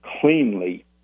cleanly